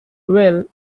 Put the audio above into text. well